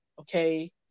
okay